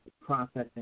processing